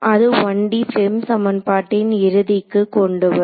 அது 1D FEM சமன்பாட்டின் இறுதிக்கு கொண்டு வரும்